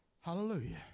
hallelujah